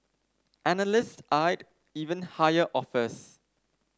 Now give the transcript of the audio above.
analysts eyed even higher offers